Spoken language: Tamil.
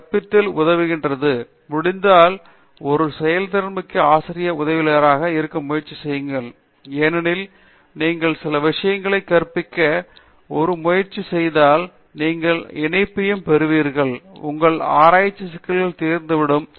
கற்பித்தல் உதவுகிறது முடிந்தால் ஒரு செயல்திறன்மிக்க ஆசிரிய உதவியாளராக இருக்க முயற்சி செய்யுங்கள் ஏனெனில் நீங்கள் சில விஷயங்களைக் கற்பிக்க முயற்சி செய்தால் நீங்கள் இணைப்பையும் பெறுவீர்கள் உங்கள் ஆராய்ச்சி சிக்கல்களும் தீர்ந்துவிடும்